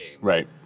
Right